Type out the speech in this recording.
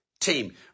team